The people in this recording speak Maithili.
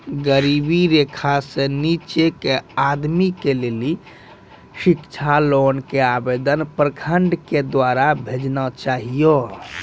गरीबी रेखा से नीचे के आदमी के लेली शिक्षा लोन के आवेदन प्रखंड के द्वारा भेजना चाहियौ?